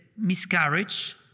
miscarriage